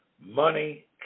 money